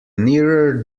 nearer